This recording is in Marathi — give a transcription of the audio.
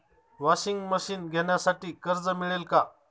वॉशिंग मशीन घेण्यासाठी कर्ज मिळेल का?